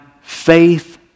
faith